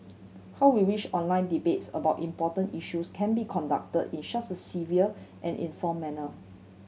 how we wish online debates about important issues can be concluded in such a civil and informed manner